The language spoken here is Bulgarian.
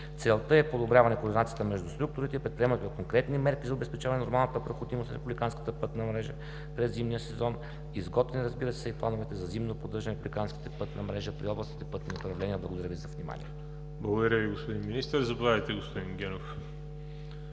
Целта е подобряване на координацията между структурите и предприемането на конкретни мерки за обезпечаване на нормалната проходимост на републиканската пътна мрежа през зимния сезон, изготвяне, разбира се, и на плановете за зимно поддържане на републиканската пътна мрежа при областните пътни управления. Благодаря Ви за вниманието. ПРЕДСЕДАТЕЛ ВАЛЕРИ ЖАБЛЯНОВ: Благодаря Ви, господин Министър. Заповядайте, господин Генов,